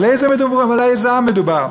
על איזה עם מדובר?